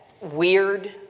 weird